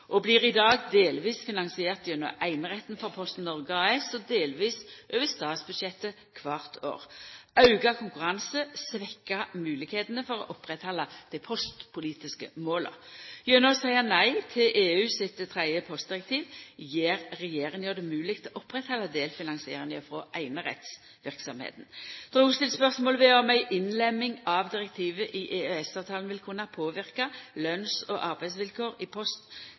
og blir i dag delvis finansiert gjennom eineretten for Posten Norge AS og delvis over statsbudsjettet kvart år. Auka konkurranse svekkjer moglegheitene for å oppretthalda dei postpolitiske måla. Gjennom å seia nei til EU sitt tredje postdirektiv gjer regjeringa det mogleg å oppretthalda delfinansieringa frå einrettsverksemda. Det er òg stilt spørsmål ved om ei innlemming av direktivet i EØS-avtalen vil kunna påverka lønns- og arbeidsvilkår i